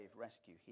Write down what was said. rescue